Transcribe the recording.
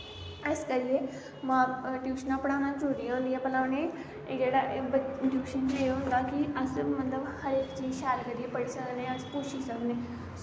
इस करियै टयूशनां पढ़ाना जरूरी होंदियां भला उनें जेह्ड़ा टयूशन च एह् होंदा कि अस मतलव हर इक चीज़ शैल करियै पढ़ी सकने आं अस पुच्छी सकने